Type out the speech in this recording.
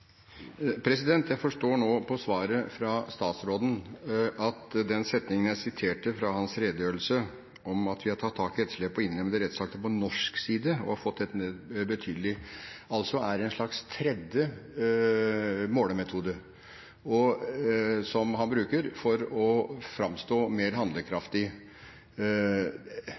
Jeg forstår nå på svaret fra statsråden at den setningen jeg siterte fra hans redegjørelse i spørsmålet mitt, om at vi har «tatt tak i etterslepet av uinnlemmede rettsakter på norsk side og fått ned det etterslepet betraktelig», er en slags tredje målemetode, som han bruker for å framstå mer handlekraftig.